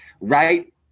Right